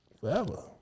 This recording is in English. forever